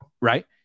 right